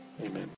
Amen